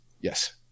yes